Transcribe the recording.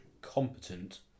competent